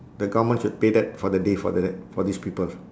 the government should pay that for the day for the that for these people